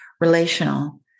relational